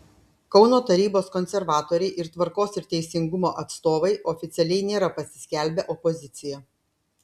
kauno tarybos konservatoriai ir tvarkos ir teisingumo atstovai oficialiai nėra pasiskelbę opozicija